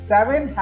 Seven